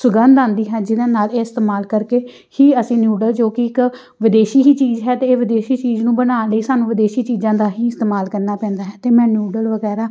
ਸੁਗੰਧ ਆਉਂਦੀ ਹੈ ਜਿਹਦੇ ਨਾਲ ਇਹ ਇਸਤੇਮਾਲ ਕਰਕੇ ਹੀ ਅਸੀਂ ਨਿਊਡਲ ਜੋ ਕਿ ਇੱਕ ਵਿਦੇਸ਼ੀ ਹੀ ਚੀਜ਼ ਹੈ ਅਤੇ ਇਹ ਵਿਦੇਸ਼ੀ ਚੀਜ਼ ਨੂੰ ਬਣਾਉਣ ਲਈ ਸਾਨੂੰ ਵਿਦੇਸ਼ੀ ਚੀਜ਼ਾਂ ਦਾ ਹੀ ਇਸਤੇਮਾਲ ਕਰਨਾ ਪੈਂਦਾ ਹੈ ਅਤੇ ਮੈਂ ਨਿਊਡਲ ਵਗੈਰਾ